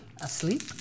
asleep